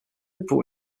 pour